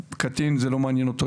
קטין זה לא מעניין אותו,